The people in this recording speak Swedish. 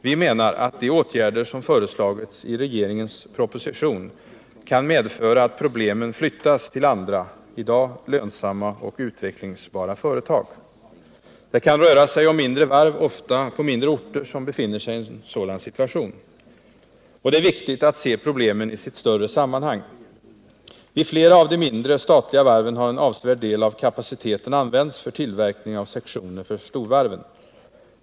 Vi menar att de åtgärder som föreslagits i regeringens proposition kan medföra att problemen flyttas till andra i dag lönsamma och utvecklingsbara företag. Det kan röra sig om mindre varv — ofta på mindre orter — som befinner sig i en sådan situation. Det är viktigt att se problemen i deras större sammanhang. Vid flera av de mindre statliga varven har en avsevärd del av kapaciteten använts för tillverkning av sektioner för storvarven.